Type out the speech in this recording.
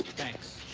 thanks.